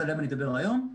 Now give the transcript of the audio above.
שעליהם אני אדבר היום.